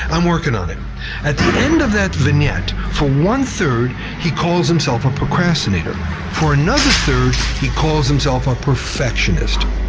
i'm working on it at the end of that vignette, for one third, he calls himself a procrastinator. for another third, he calls himself a perfectionist.